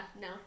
No